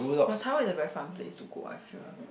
but Taiwan is a very fun place to go I feel